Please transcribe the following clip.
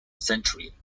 century